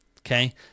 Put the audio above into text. okay